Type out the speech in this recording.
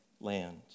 land